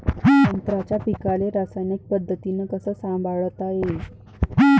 संत्र्याच्या पीकाले रासायनिक पद्धतीनं कस संभाळता येईन?